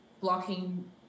blocking